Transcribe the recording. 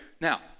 Now